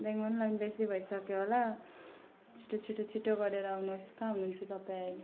ब्याङ्कमा पनि लाइन बेसी भइसक्यो होला छिटो छिटो छिटो गरेर आउनुहोस् कहाँ हुनुहुन्छ तपाईँ अहिले